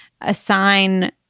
assign